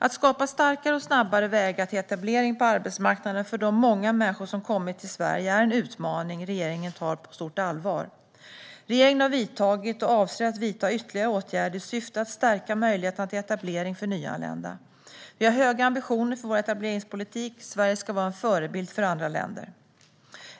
Att skapa starkare och snabbare vägar till etablering på arbetsmarknaden för de många människor som kommit till Sverige är en utmaning regeringen tar på stort allvar. Regeringen har vidtagit och avser att vidta ytterligare åtgärder i syfte att stärka möjligheterna till etablering för nyanlända. Vi har höga ambitioner för vår etableringspolitik. Sverige ska vara en förebild för andra länder.